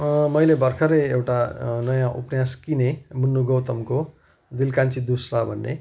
मैले भर्खरै एउटा नयाँ उपन्यास किने मुन्नु गौतमको दिल कान्छी दुस्रा भन्ने